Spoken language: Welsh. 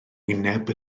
wyneb